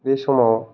बे समाव